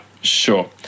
sure